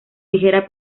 ligera